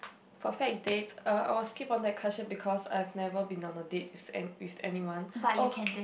perfect date uh I'll skip on that question because I've never been on a date with an~ with anyone oh